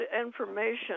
information